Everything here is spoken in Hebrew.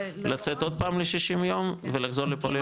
לצאת עוד פעם ל-60 יום ולחזור לפה ליומיים?